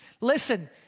Listen